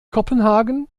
kopenhagen